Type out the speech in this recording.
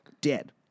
Dead